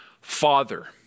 father